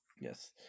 Yes